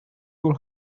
will